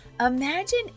Imagine